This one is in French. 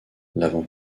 l’avant